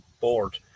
board